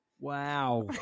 Wow